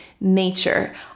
nature